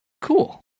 cool